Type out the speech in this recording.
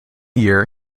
year